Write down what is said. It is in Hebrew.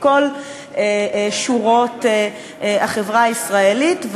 מכל שורות החברה הישראלית,